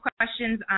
questions